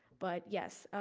but yes,